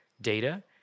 data